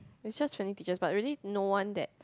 it's just friendly teachers but really no one that